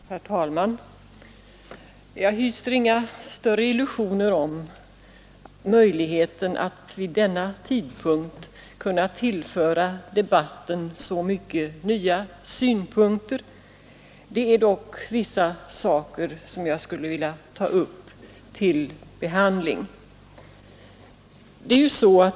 Herr talman! Jag hyser inga större illusioner om möjligheten att vid denna tidpunkt kunna tillföra debatten så mycket nya synpunkter. Jag skulle dock vilja ta upp vissa saker till behandling.